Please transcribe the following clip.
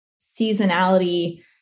seasonality